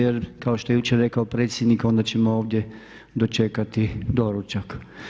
Jer kao što je jučer rekao predsjednik, onda ćemo ovdje dočekati doručak.